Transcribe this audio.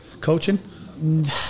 Coaching